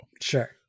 Sure